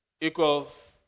equals